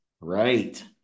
right